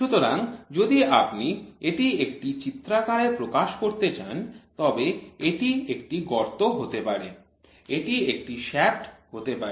সুতরাং যদি আপনি এটি একটি চিত্রাকারে প্রকাশ করতে চান তবে এটি একটি গর্ত হতে পারে এটি একটি শ্য়াফ্ট হতে পারে